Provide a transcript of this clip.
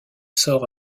sort